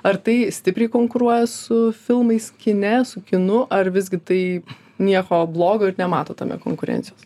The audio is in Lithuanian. ar tai stipriai konkuruoja su filmais kine su kinu ar visgi tai nieko blogo ir nemato tame konkurencijos